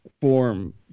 form